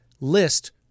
list